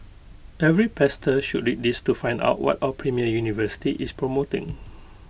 every pastor should read this to find out what our premier university is promoting